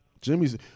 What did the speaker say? Jimmy's –